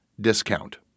discount